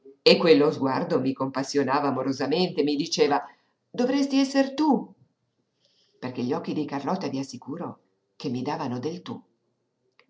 e quello sguardo mi compassionava amorosamente mi diceva dovresti esser tu perché gli occhi di carlotta vi assicuro che mi davano del tu